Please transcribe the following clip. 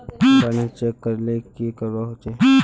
Balance check करले की करवा होचे?